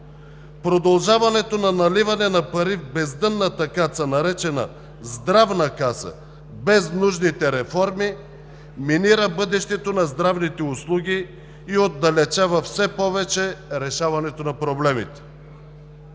Продължаването на наливане на пари в бездънната каса, наречена Здравна каса, без нужните реформи минира бъдещето на здравните услуги и отдалечава все повече решаването на проблемите.